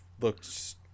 looks